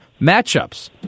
matchups